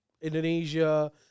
indonesia